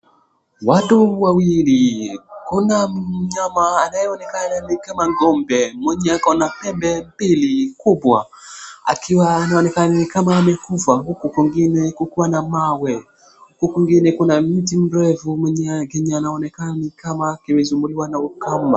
Watu wawili kuna mnyama anaonekana kama ng'ombe mwenye ako na pembe mbili kubwa akiwa inaonekana ni kama amekufa huku kwingine kukiwa na mawe huku kwingine kukiwa na mti mrefu mwenye inaonekana imesumbuliwa na ukame,